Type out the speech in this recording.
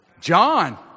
John